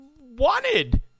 Wanted